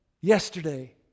Yesterday